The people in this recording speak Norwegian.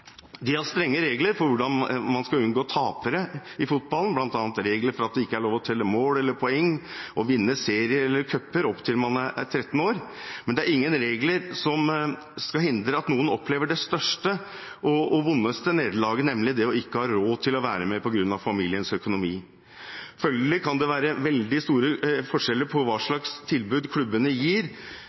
De har strenge regler for hvordan man skal unngå tapere i fotballen, bl.a. regler for at det ikke er lov til å telle mål eller poeng eller vinne serier eller cuper opp til man er 13 år. Men det er ingen regler som skal hindre at noen opplever det største og vondeste nederlaget, nemlig ikke å ha råd til å være med på grunn av familiens økonomi. Følgelig kan det være veldig store forskjeller på hva slags tilbud klubbene gir,